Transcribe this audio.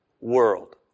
world